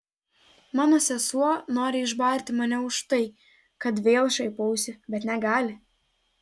mano sesuo nori išbarti mane už tai kad vėl šaipausi bet negali